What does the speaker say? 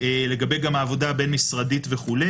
גם לגבי העבודה הבין-משרדית וכו',